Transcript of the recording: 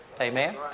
Amen